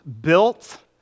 built